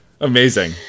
amazing